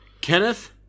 Kenneth